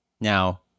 Now